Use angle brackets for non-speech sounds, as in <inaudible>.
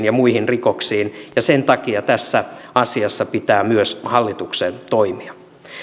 <unintelligible> ja muihin rikoksiin ja sen takia tässä asiassa pitää myös hallituksen toimia